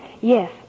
Yes